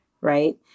right